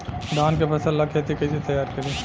धान के फ़सल ला खेती कइसे तैयार करी?